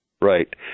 Right